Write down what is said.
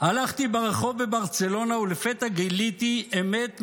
"הלכתי ברחוב בברצלונה ולפתע גיליתי אמת מחרידה: